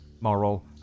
Moral